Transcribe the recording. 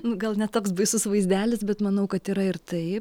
nu gal ne toks baisus vaizdelis bet manau kad yra ir tai